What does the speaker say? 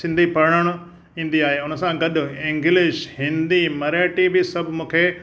सिंधी पढ़णु ईंदी आहे उन सां गॾु इंगलिश हिंदी मराठी बि सभु मूंखे